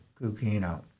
Gugino